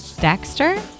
Dexter